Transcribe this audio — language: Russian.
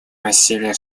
насилие